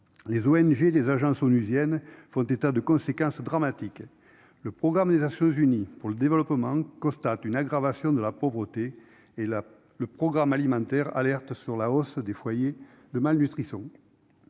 (ONG) et les agences de l'ONU font état de conséquences dramatiques. Le Programme des Nations unies pour le développement constate une aggravation de la pauvreté, et le Programme alimentaire mondial alerte sur la hausse des foyers de malnutrition.